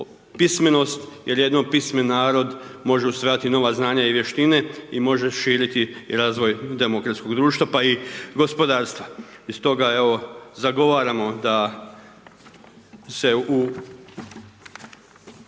pismenost jer jedino pismen narod može usvajati nova znanja i vještine i može širiti i razvoj demokratskog društva pa i gospodarstva. I stoga, evo, zagovaramo da se u